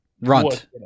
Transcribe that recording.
Runt